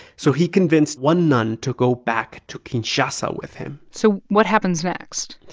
so he convinced one nun to go back to kinshasa with him so what happens next?